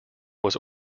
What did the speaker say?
was